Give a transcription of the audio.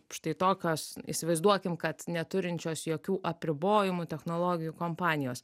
štai tokios įsivaizduokim kad neturinčios jokių apribojimų technologijų kompanijos